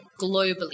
globally